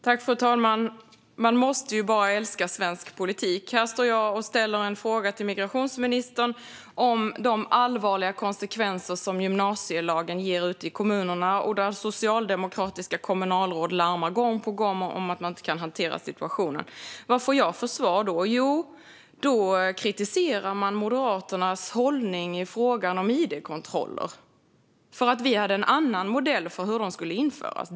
Fru talman! Man måste bara älska svensk politik! Här ställer jag en fråga till migrationsministern om de allvarliga konsekvenser som gymnasielagen får ute i kommunerna, där socialdemokratiska kommunalråd gång på gång larmar om att man inte kan hantera situationen. Vad får jag då för svar? Jo, i svaret kritiseras Moderaternas hållning i frågan om id-kontroller. Vi hade en annan modell för hur de skulle införas.